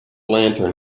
lantern